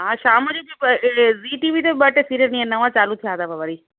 हा शाम जो ज ॿ ज़ी टी वी ते ॿ टे सीरियल ईअं नवा चालू थिया अथव वरी